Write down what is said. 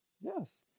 Yes